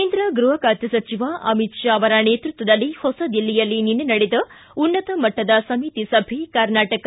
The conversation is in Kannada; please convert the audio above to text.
ಕೇಂದ್ರ ಗೃಹ ಖಾತೆ ಸಚಿವ ಅಮಿತ್ ಶಾ ನೇತೃತ್ವದಲ್ಲಿ ಹೊಸದಿಲ್ಲಿಯಲ್ಲಿ ನಿನ್ನೆ ನಡೆದ ಉನ್ನತ ಮಟ್ಟದ ಸಮಿತಿ ಸಭೆ ಕರ್ನಾಟಕ